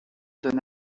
donne